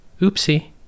Oopsie